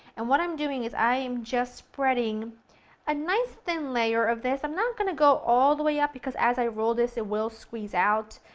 and what i'm doing is i'm just spreading a nice thin layer of this. i'm not going to go all the way up, because as i roll this it will squeeze out.